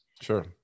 Sure